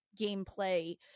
gameplay